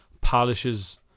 polishes